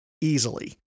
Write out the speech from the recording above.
easily